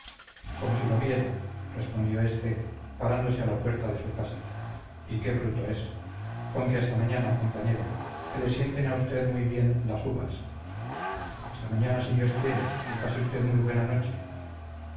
como si lo viera respondió éste parándose a la puerta de su casa y qué bruto es conque hasta mañana compañero que le sienten a usted muy bien las uvas hasta mañana si dios quiere que pase usted muy buena noche